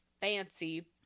fancy